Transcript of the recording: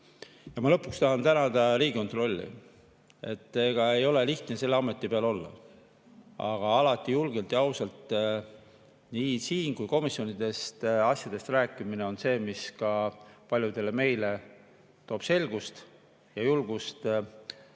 Lõpuks tahan tänada Riigikontrolli. Ega ei ole lihtne selle ameti peal olla. Aga alati julgelt ja ausalt nii siin kui ka komisjonides asjadest rääkimine on see, mis paljudele meile toob selgust ja julgust